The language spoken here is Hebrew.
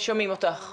אנשים שאנחנו לא הצלחנו